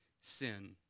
sin